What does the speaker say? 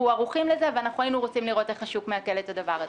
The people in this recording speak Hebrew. אנחנו ערוכים לזה והיינו רוצים לראות איך השוק מעכל את הדבר הזה.